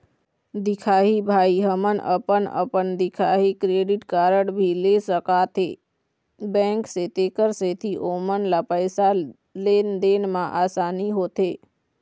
दिखाही भाई हमन अपन अपन दिखाही क्रेडिट कारड भी ले सकाथे बैंक से तेकर सेंथी ओमन ला पैसा लेन देन मा आसानी होथे?